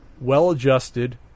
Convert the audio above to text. well-adjusted